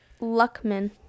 Luckman